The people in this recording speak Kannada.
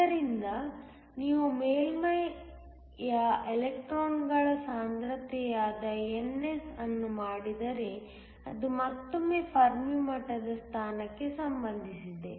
ಆದ್ದರಿಂದ ನೀವು ಮೇಲ್ಮೈಯ ಎಲೆಕ್ಟ್ರಾನ್ಗಳ ಸಾಂದ್ರತೆಯಾದ NS ಅನ್ನು ಮಾಡಿದರೆ ಅದು ಮತ್ತೊಮ್ಮೆ ಫೆರ್ಮಿ ಮಟ್ಟದ ಸ್ಥಾನಕ್ಕೆ ಸಂಬಂಧಿಸಿದೆ